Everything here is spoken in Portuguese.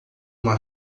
uma